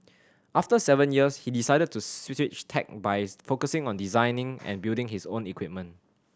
after seven years he decided to switch tack by focusing on designing and building his own equipment